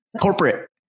corporate